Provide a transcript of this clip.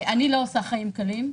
אני לא עושה חיים קלים.